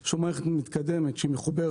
אז יש לנו מערכת מתקדמת שמחוברת